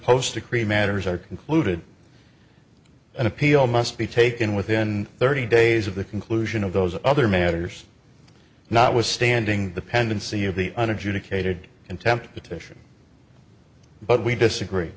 post decree matters are concluded an appeal must be taken within thirty days of the conclusion of those other matters not withstanding the pendency of the an adjudicator and temp petition but we disagree